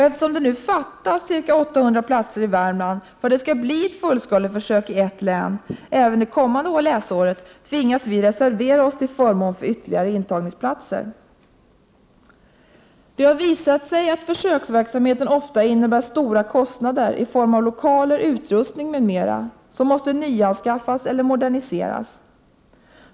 Eftersom det nu fattas ca 800 platser i Värmland för att det skall bli ett fullskaleförsök i ett län även det kommande läsåret, tvingas vi reservera oss till förmån för ytterligare intagningsplatser. Det har visat sig att försöksverksamheten ofta innebär stora kostnader i form av lokaler, utrustning m.m. som måste nyanskaffas eller moderniseras.